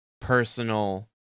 personal